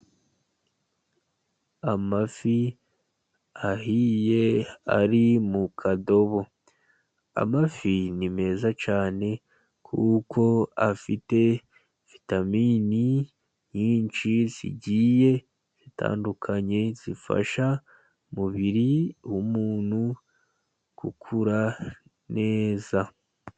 Amafi ahiye ari mu kadobo, amafi ni meza cyane kuko afite vitamini nyinshi zigiye zitandukanye zifasha umubiri w'umuntu gukura neza.